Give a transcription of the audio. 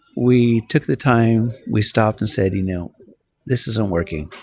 we took the time. we stopped and said, you know this isn't working.